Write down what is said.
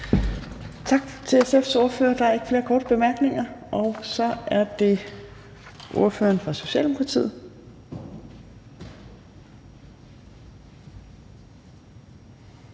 Tak til SF's ordfører. Der er ikke flere korte bemærkninger. Og så er det ordføreren for Socialdemokratiet,